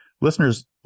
Listeners